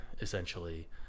essentially